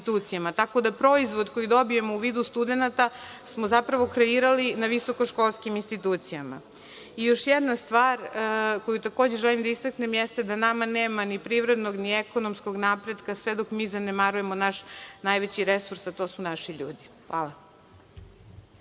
tako da proizvod koji dobijemo u vidu studenata smo zapravo kreirali na visokoškolskim institucijama. Još jedna stvar koju takođe želim da istaknem jeste nama nema ni privrednog, ni ekonomskog napretka sve dok zanemarujemo naš najveći resurs, a to su naši ljudi. Hvala.